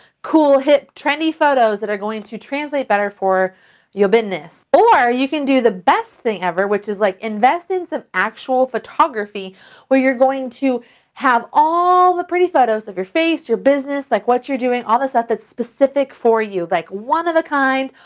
cool, hip, trendy photos that are going to translate better for your business. or you can do the best thing ever which is like invest in something actual photography where you're going to have all the pretty photos of your face, your business, like what you're doing, all the stuff that's specific for you. like one of a kind,